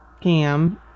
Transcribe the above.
cam